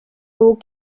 low